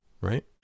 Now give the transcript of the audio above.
right